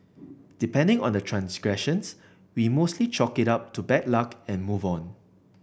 depending on the transgressions we mostly chalk it up to bad luck and move on